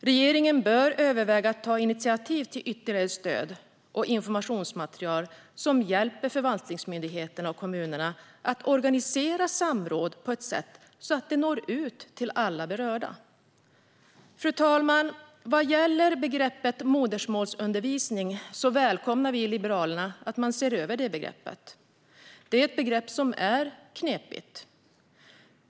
Regeringen bör överväga att ta initiativ till ytterligare stöd och informationsmaterial som hjälper förvaltningsmyndigheter och kommuner att organisera samråd på ett sådant sätt att det når ut till alla berörda. Fru talman! Vi i Liberalerna välkomnar att man ser över begreppet modersmålsundervisning. Det är ett begrepp som är knepigt.